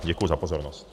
Děkuji za pozornost.